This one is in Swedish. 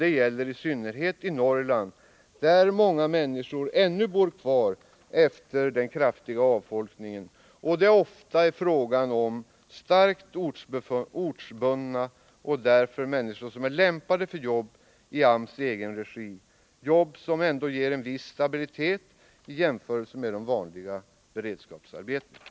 Detta gäller i synnerhet Norrland där de människor som bor kvar efter den kraftiga avfolkningen ofta är starkt ortsbundna och därför lämpade för jobb i AMS egen regi som ger en viss stabilitet i jämförelse med de vanliga beredskapsarbetena.